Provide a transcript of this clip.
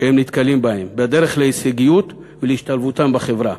שהם נתקלים בהם בדרך להישגים ולהשתלבות בחברה.